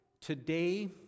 Today